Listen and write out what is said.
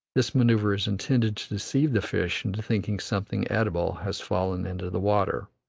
this manoeuvre is intended to deceive the fish into thinking something eatable has fallen into the water.